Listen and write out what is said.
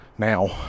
now